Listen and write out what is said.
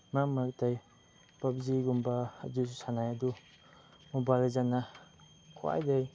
ꯃꯔꯛ ꯃꯔꯛꯇ ꯑꯩ ꯄꯞꯖꯤꯒꯨꯝꯕ ꯑꯗꯨꯁꯨ ꯁꯥꯟꯅꯩ ꯑꯗꯨ ꯃꯣꯕꯥꯏꯜ ꯂꯦꯖꯦꯟꯅ ꯈ꯭ꯋꯥꯏꯗꯒꯤ